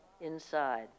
inside